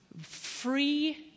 free